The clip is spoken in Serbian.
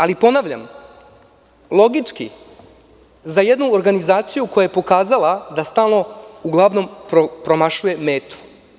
Ali, ponavljam logični za jednu organizaciju koja je pokazala da stalno uglavnom promašuje metu.